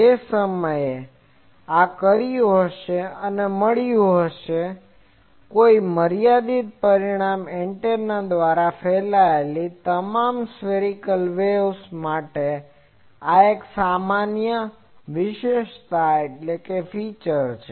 તે સમય પણ કહ્યું હશે અથવા તમને મળી ગયું હશે પરંતુ કોઈ પણ મર્યાદિત પરિમાણ એન્ટેના દ્વારા ફેલાયેલી તમામ સ્ફેરીકલ વેવ્સ માટે આ એક સામાન્ય ફીચર વિશેષતાfeature છે